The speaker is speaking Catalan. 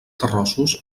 terrossos